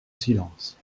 silence